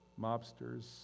mobsters